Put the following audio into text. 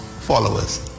followers